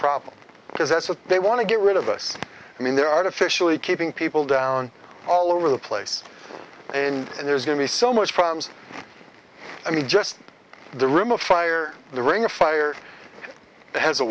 problem because that's what they want to get rid of us i mean they're artificially keeping people down all over the place and there's going to be so much from i mean just the rim of fire the ring of fire has